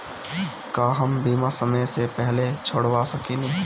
का हम बीमा समय से पहले छोड़वा सकेनी?